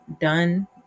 done